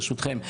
ברשותכם,